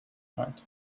heart